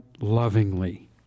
lovingly